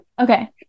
Okay